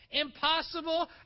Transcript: Impossible